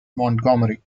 montgomery